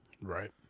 right